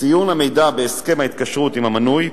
ציון המידע בהסכם ההתקשרות עם המנוי,